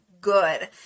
good